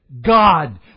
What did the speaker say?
God